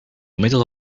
middle